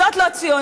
זאת לא ציונות.